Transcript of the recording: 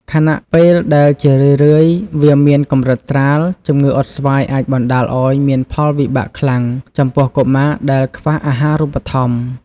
ខណៈពេលដែលជារឿយៗវាមានកម្រិតស្រាល ជំងឺអុតស្វាយអាចបណ្តាលឱ្យមានផលវិបាកខ្លាំងចំពោះកុមារដែលខ្វះអាហារូបត្ថម្ភ។